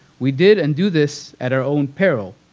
we did and do this at our own peril.